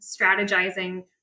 strategizing